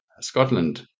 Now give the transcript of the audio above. Scotland